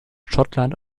schottland